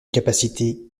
capacité